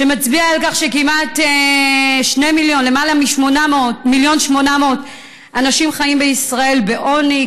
שמצביעים על כך שכמעט למעלה מ-1.8 מיליון אנשים חיים בישראל בעוני,